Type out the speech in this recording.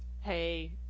hey